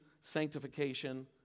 sanctification